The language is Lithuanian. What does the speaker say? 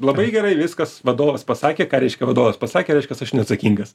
labai gerai viskas vadovas pasakė ką reiškia vadovas pasakė reiškias aš neatsakingas